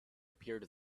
appeared